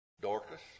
Dorcas